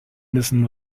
nissen